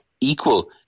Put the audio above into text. equal